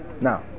now